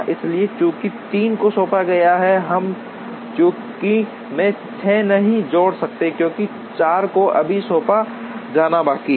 इसलिए चूंकि 3 को सौंपा गया है हम सूची में 6 नहीं जोड़ सकते क्योंकि 4 को अभी सौंपा जाना बाकी है